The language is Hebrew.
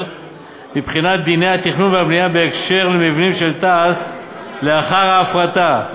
מבחינת דיני התכנון והבנייה בקשר למבנים של תע"ש לאחר ההפרטה,